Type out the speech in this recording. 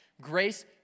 Grace